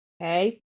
okay